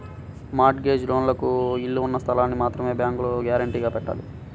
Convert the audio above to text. mart gauge లోన్లకు ఇళ్ళు ఉన్న స్థలాల్ని మాత్రమే బ్యేంకులో గ్యారంటీగా పెట్టాలి